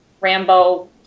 Rambo